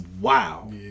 Wow